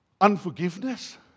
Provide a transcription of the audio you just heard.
unforgiveness